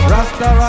Rasta